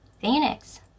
Phoenix